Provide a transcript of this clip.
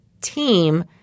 team